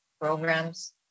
programs